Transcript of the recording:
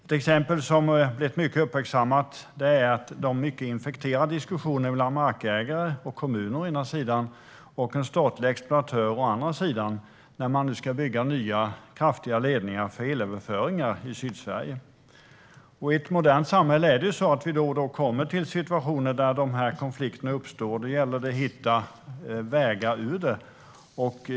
Ett mycket uppmärksammat exempel är de infekterade diskussionerna mellan markägare och kommuner å ena sidan och en statlig exploatör å andra sidan när man ska bygga nya kraftiga ledningar för elöverföringar i Sydsverige. I ett modernt samhälle hamnar vi då och då i situationer där dessa konflikter uppstår, och det gäller då att hitta vägar ur dem.